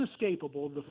inescapable